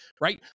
right